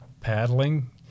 paddling